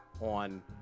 on